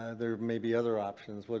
ah there may be other options. but